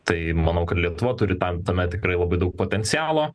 tai manau kad lietuva turi tam tame tikrai labai daug potencialo